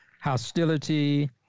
hostility